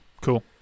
Cool